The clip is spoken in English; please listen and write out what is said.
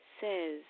says